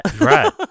Right